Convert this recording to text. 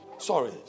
Sorry